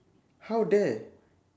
how dare